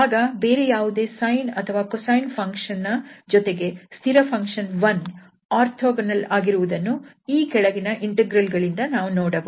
ಆಗ ಬೇರೆ ಯಾವುದೇ sine ಅಥವಾ cosine ಫಂಕ್ಷನ್ ನ ಜೊತೆಗೆ ಸ್ಥಿರ ಫಂಕ್ಷನ್ 1 ಓರ್ಥೋಗೊನಲ್ ಆಗಿರುವುದನ್ನು ಈ ಕೆಳಗಿನ ಇಂಟೆಗ್ರಲ್ ಗಳಿಂದ ನಾವು ನೋಡಬಹುದು